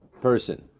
Person